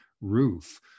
roof